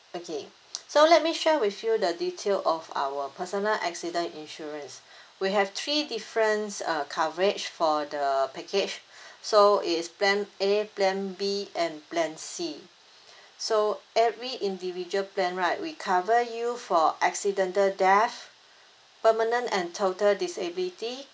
okay so let me share with you the detail of our personal accident insurance we have three different uh coverage for the package so it's plan A plan B and plan C so every individual plan right we cover you for accidental death permanent and total disability